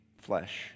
flesh